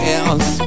else